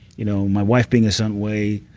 you know my wife being a certain way,